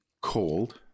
Cold